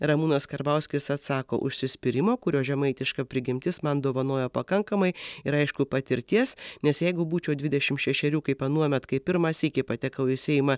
ramūnas karbauskis atsako užsispyrimo kurio žemaitiška prigimtis man dovanojo pakankamai ir aišku patirties nes jeigu būčiau dvidešim šešerių kaip anuomet kai pirmą sykį patekau į seimą